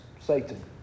Satan